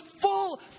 full